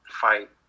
fight